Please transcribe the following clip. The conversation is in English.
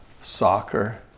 soccer